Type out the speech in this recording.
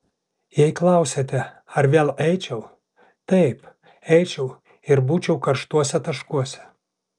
jei klausiate ar vėl eičiau taip eičiau ir būčiau karštuose taškuose